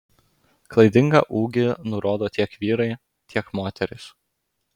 klaidingą ūgį nurodo tiek vyrai tiek moterys